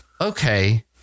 okay